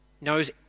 knows